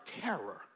terror